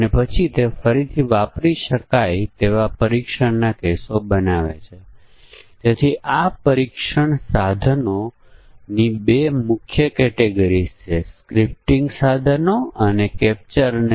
અને અહીં આપણે ફક્ત સંભવિત રીતો જોઈએ છીએ જેમાં અસર ઉત્પન્ન કરવાનાં કારણો અને જોડાણ છે